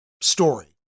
story